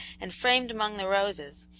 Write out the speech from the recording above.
and, framed among the roses,